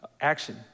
action